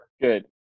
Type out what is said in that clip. Good